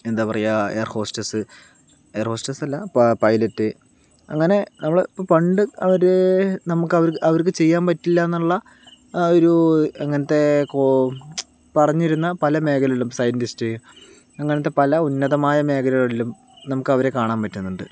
എന്താ പറയുക air hostess air hostess അല്ല പ പൈലറ്റ് അങ്ങനെ നമ്മൾ ഇപ്പോൾ പണ്ട് ഒരു നമുക്ക് അവർക്ക് ചെയ്യാൻ പറ്റില്ല എന്നുള്ള ഒരു അങ്ങനത്തെ കോ പറഞ്ഞിരുന്ന പല മേഖലകളിലും സയന്റിസ്റ്റ് അങ്ങനത്തെ പല ഉന്നതമായ മേഖലകളിലും നമുക്ക് അവരെ കാണാൻ പറ്റുന്നുണ്ട്